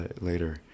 later